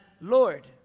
Lord